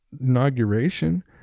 inauguration